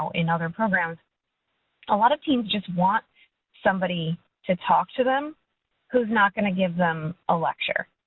in other programs a lot of teens just want somebody to talk to them who's not going to give them a lecture.